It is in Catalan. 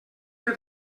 que